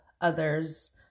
others